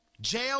jail